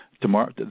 tomorrow